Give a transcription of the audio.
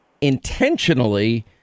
intentionally